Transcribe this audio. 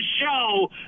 show